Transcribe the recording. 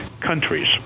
countries